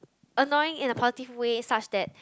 annoying in the positive way such that